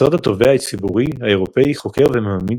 משרד התובע הציבורי האירופי חוקר ומעמיד